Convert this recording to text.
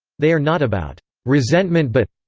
they are not about resentment but.